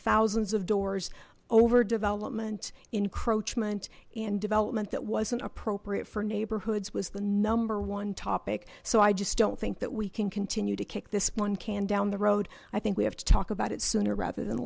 thousands of doors overdevelopment encroachment and development that wasn't appropriate for neighborhoods was the number one topic so i just don't think that we can continue to kick this one can down the road i think we have to talk about it sooner rather than